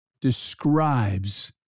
describes